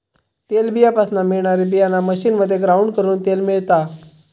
तेलबीयापासना मिळणारी बीयाणा मशीनमध्ये ग्राउंड करून तेल मिळता